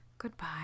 Goodbye